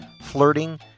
flirting